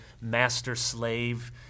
master-slave